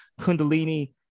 kundalini